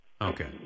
Okay